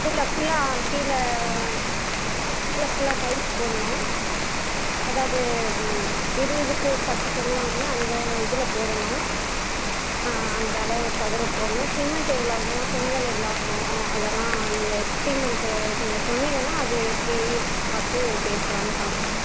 இல்லை ஃபுல்லாக கீழே கீழே ஃபுல்லாக டைல்ஸ் போடணும் அதாவது இருபதுக்கு பத்து சொல்வாங்கள்ல அந்த இதில் போடணும் அந்த அளவு சதுரம் போடணும் சிமெண்ட் எவ்வளோ ஆகும் செங்கல் எவ்வளோ ஆகும் அதெல்லாம் நீங்கள் எக்ஸ்பிரிமெண்ட்டு நீங்கள் சொன்னிங்கன்னா அது எப்படி பார்த்து பேசலாம்ன்னு பண்ணேன்ங்க